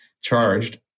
charged